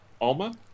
Alma